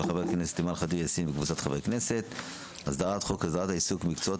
של ח"כ אחמד טיבי; הצעת חוק הסדרת העיסוק במקצועות